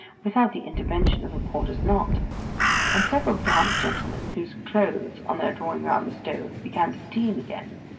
without the intervention of a porter's knot and several damp gentlemen, whose clothes, on their drawing round the stove, began to steam again.